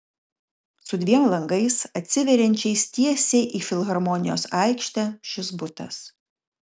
su dviem langais atsiveriančiais tiesiai į filharmonijos aikštę šis butas